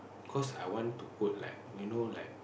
cause I want to put like you know like